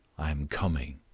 i am coming.